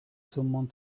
someone